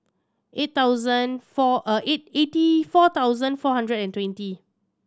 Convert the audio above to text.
eight thousand eight eighty four thousand four hundred and twenty